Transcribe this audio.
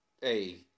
Hey